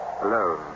Alone